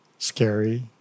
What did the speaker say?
scary